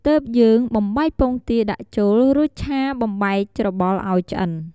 ទើបយើង បំបែកពងទាដាក់ចូល រួចឆាបំបែកច្របល់ឱ្យឆ្អិន។